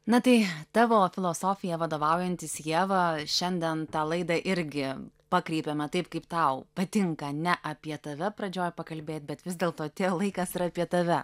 na tai tavo filosofija vadovaujantis ieva šiandien tą laidą irgi pakreipėme taip kaip tau patinka ne apie tave pradžioj pakalbėt bet vis dėlto atėjo laikas ir apie tave